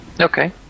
Okay